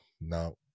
no